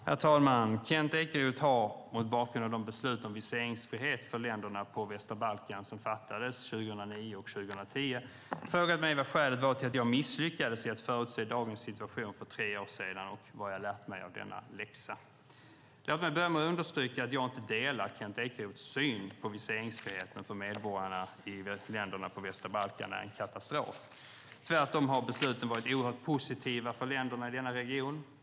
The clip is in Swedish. Herr talman! Kent Ekeroth har, mot bakgrund av de beslut om viseringsfrihet för länderna på Västra Balkan som fattades 2009 och 2010, frågat mig vad skälen var till att jag misslyckades i att förutse dagens situation för tre år sedan och vad jag har lärt mig av denna läxa. Låt mig börja med att understryka att jag inte delar Kent Ekeroths syn på att viseringsfriheten för medborgare i länderna på Västra Balkan är en katastrof. Tvärtom har besluten varit oerhört positiva för länderna i denna region.